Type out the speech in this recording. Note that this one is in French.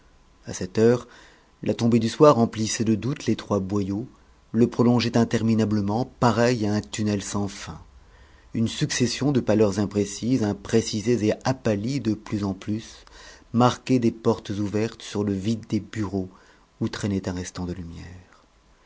à cette heure la tombée du soir emplissait de doute l'étroit boyau le prolongeait interminablement pareil à un tunnel sans fin une succession de pâleurs imprécises imprécisées et apâlies de plus en plus marquait des portes ouvertes sur le vide des bureaux où traînait un restant de lumière